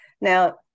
Now